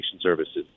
services